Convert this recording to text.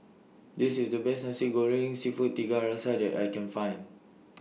This IS The Best Nasi Goreng Seafood Tiga Rasa that I Can Find